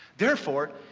therefore,